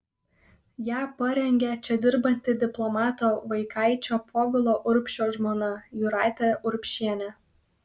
ją parengė čia dirbanti diplomato vaikaičio povilo urbšio žmona jūratė urbšienė